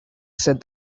said